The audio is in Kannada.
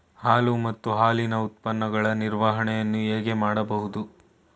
ಹಾಲು ಮತ್ತು ಹಾಲಿನ ಉತ್ಪನ್ನಗಳ ನಿರ್ವಹಣೆಯನ್ನು ಹೇಗೆ ಮಾಡಬಹುದು?